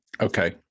Okay